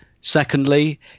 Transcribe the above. Secondly